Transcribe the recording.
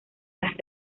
las